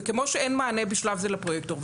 וכמו שאין מענה בשלב זה לפרויקטור,